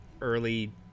early